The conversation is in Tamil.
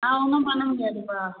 நான் ஒன்றும் பண்ண முடியாதுப்பா